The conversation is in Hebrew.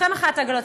אחרי מחאת העגלות,